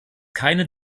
keine